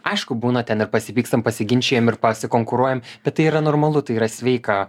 aišku būna ten ir pasipykstam pasiginčijam ir pasikonkuruojam bet tai yra normalu tai yra sveika